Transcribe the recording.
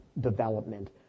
development